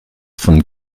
von